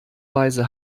weise